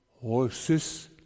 horses